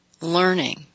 learning